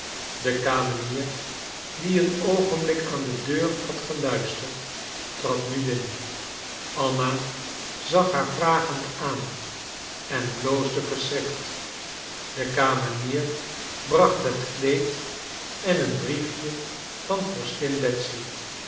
de kamenier die een oogenblik aan de deur had geluisterd trad nu binnen anna zag haar vragend aan en bloosde verschrikt de kamenier bracht het kleed en een briefje van vorstin betsy